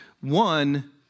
One